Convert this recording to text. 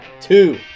two